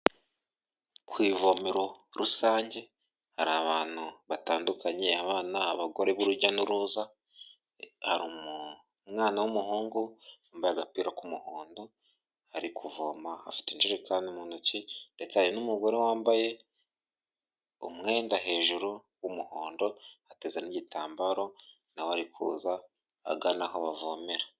Ku ivomero rusange hari abantu batandukanye abana, abagore b'urujya n'uruza, hari umwana w'umuhungu wambaye agapira k'umuhondo ari kuvoma afite injerekani mu ntoki ndetse hari n'umugore wambaye umwenda hejuru w'umuhondo, ateze n'igitambaro nawe ari kuza agana aho bavomera.